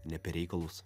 ne apie reikalus